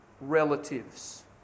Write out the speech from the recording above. relatives